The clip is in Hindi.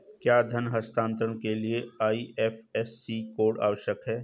क्या धन हस्तांतरण के लिए आई.एफ.एस.सी कोड आवश्यक है?